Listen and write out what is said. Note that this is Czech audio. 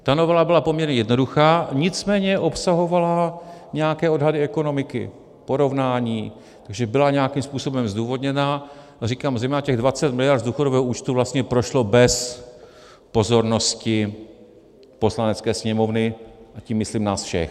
Ta novela byla poměrně jednoduchá, nicméně obsahovala nějaké odhady ekonomiky, porovnání, že byla nějakým způsobem zdůvodněna, a říkám, zejména těch 20 mld. z důchodového účtu vlastně prošlo bez pozornosti Poslanecké sněmovny, a tím myslím nás všech.